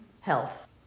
health